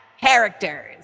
characters